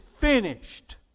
finished